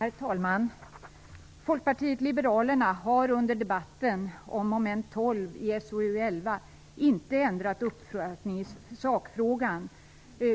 Herr talman! Folkpartiet liberalerna har under debatten om mom. 12 i SoU11 inte ändrat uppfattning i sakfrågan.